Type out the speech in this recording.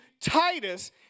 Titus